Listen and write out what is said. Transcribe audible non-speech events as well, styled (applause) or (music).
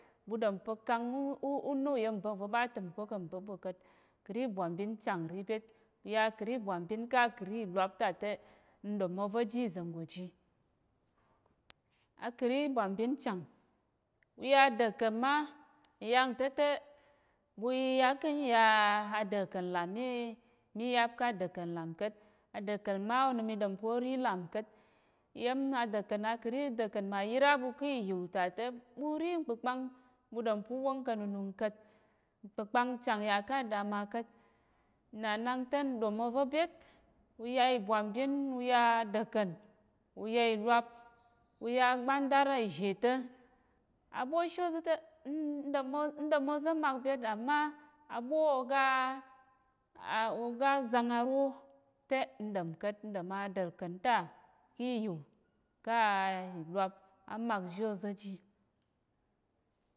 Ɓu ɗom pa̱ kang ú (hesitation) na uyenba̱k va̱ ɓa təm ko kà̱ mbəp ɓu ka̱t, kəri ìbwambin chang nrí byét, ya akəri ìbwambin ká̱ akəri ìlwap ta te, n ɗom oza̱ ji iza̱ nggo ji. Akəri ìbwambin chang, u ya adəlken ma, nyang ta̱ te, (unintelligible) mí yáp ká̱ adəlkən lam ka̱t. A dəlkən ma onəm i ɗom pa̱ ó rí lam ka̱t, iya̱m adəlkən akəri dəlkən mà yír á ɓu ká̱ ìyu ta te ɓu rí mkpəkpang, ɓu ɗom pa̱ ú wóng ka̱ nunung ka̱t. Mkpəkpang chang yà ká̱ adama ka̱t nna nang te n ɗom ovo byét, u ya ibwambin, u ya adəlkən, u ya ìlwap, u ya agbantar ìzhe ta̱, aɓwoshi oza̱ te (hesitation) n ɗom oza̱ mak byét, à má a ɓwo oga (hesitation) zang aro te n ɗom ka̱t. N ɗom a dəlkən ta, ká̱ ìyu, ká̱ ìlwap á mak ji oza̱ ji.